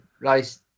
nice